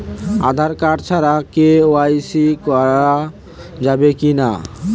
Aadhaar card ছাড়া KYC করা যাবে কি না?